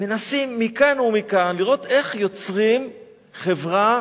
מנסים מכאן ומכאן לראות איך יוצרים חברה